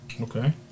Okay